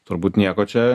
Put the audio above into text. turbūt nieko čia